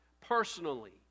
personally